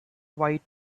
white